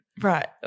Right